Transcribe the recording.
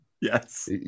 Yes